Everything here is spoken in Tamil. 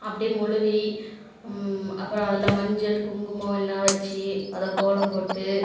அப்படே மொழுவி அப்புறம் அதில் மஞ்சள் குங்குமம் எல்லாம் வச்சு அதை கோலம் போட்டு